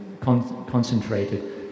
concentrated